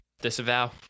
Disavow